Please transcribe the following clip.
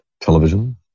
Television